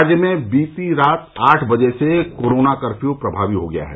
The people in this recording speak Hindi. राज्य में बीती रात आठ बजे से कोरोना कप्यू प्रभावी हो गया है